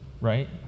Right